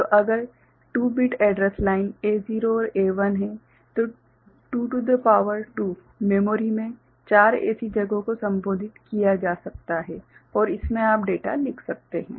तो अगर 2 bit address line A0 और A1 है तो 2 की शक्ति 2 मेमोरी में 4 ऐसी जगहों को संबोधित किया जा सकता है और इसमें आप डेटा लिख सकते हैं